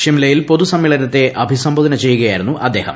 ഷിംലയിൽ പൊതു സമ്മേളനത്തെ അഭിസംബോധന ചെയ്യുകയായിരുന്നു അദ്ദേഹം